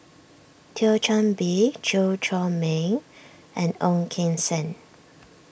Thio Chan Bee Chew Chor Meng and Ong Keng Sen